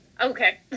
okay